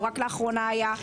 או רק לאחרונה היה.